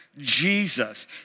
Jesus